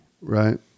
right